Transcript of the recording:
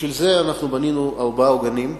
בשביל זה בנינו ארבעה עוגנים,